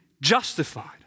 justified